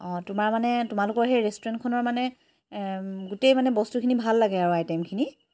অ' তোমাৰ মানে তোমালোকৰ সেই ৰেষ্টুৰেণ্টখনৰ মানে গোটেই মানে বস্তুখিনি ভাল লাগে আৰু আইটেমখিনি